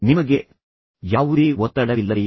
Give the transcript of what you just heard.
ನಿಮಗೆ ಯಾವುದೇ ಒತ್ತಡವಿಲ್ಲದೆಯೇ